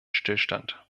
stillstand